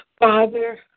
Father